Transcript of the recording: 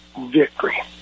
victory